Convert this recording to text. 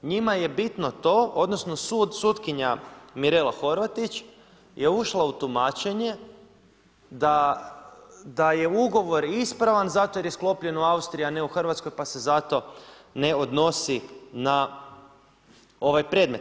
Njima je bitno to, odnosno sud, sutkinja Mirela Horvatić je ušla u tumačenje da je ugovor ispravan zato jer je sklopljen u Austriji, a ne u Hrvatskoj pa se zato ne odnosi na ovaj predmet.